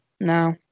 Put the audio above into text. No